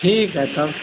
ठीक है तब